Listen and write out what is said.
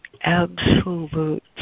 absolute